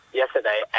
yesterday